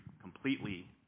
completely